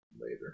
later